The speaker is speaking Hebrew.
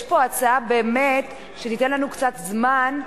יש פה הצעה באמת שתיתן לנו קצת זמן,